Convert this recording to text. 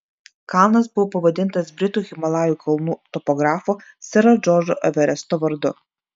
kalnas buvo pavadintas britų himalajų kalnų topografo sero džordžo everesto vardu